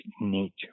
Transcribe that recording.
nature